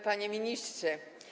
Panie Ministrze!